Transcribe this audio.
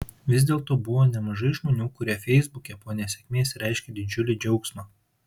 vis dėlto buvo nemažai žmonių kurie feisbuke po nesėkmės reiškė didžiulį džiaugsmą